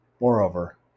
Moreover